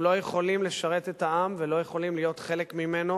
לא יכולים לשרת את העם ולא יכולים להיות חלק ממנו,